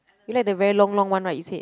you like the very long long one right you said